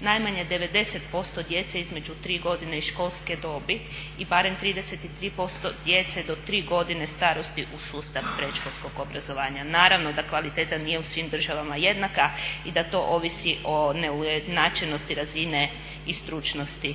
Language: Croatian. najmanje 90% djece između tri godine i školske dobi i barem 33% djece do 3 godine starosti u sustav predškolskog obrazovanja. Naravno da kvaliteta nije u svim državama jednaka i da to ovisi o neujednačenosti razine i stručnosti